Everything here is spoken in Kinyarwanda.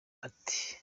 ati